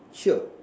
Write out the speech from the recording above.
sure